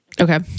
Okay